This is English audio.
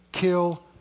kill